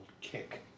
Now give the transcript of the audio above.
Kick